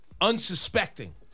Unsuspecting